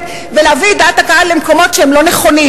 ולהביא את דעת הקהל למקומות לא נכונים.